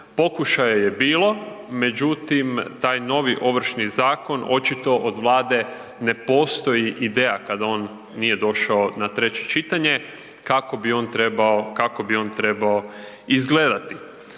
Pokušaja je bilo, međutim, taj novi Ovršni zakon očito od Vlade ne postoji ideja kada on nije došao na treće čitanje, kako bi on trebao izgledati.